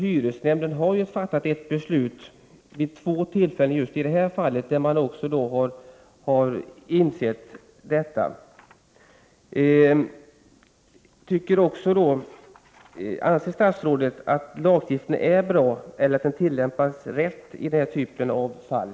Hyresnämnden har ju fattat beslut vid två tillfällen i just det här fallet. Anser statsrådet att lagstiftningen är bra eller att den tillämpas rätt i den här typen av fall?